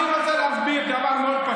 יכול להיות, אבל לא גזעני.